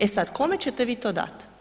E sada kome ćete vi to dat?